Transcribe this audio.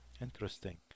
Interesting